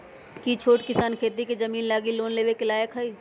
कि छोट किसान खेती के जमीन लागी लोन लेवे के लायक हई?